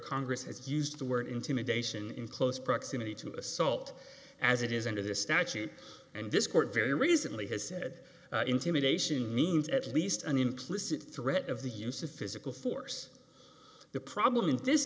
congress has used the word intimidation in close proximity to assault as it is under the statute and this court very recently has said intimidation means at least an implicit threat of the use of physical force the problem in this